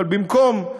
אבל במקום,